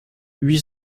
huit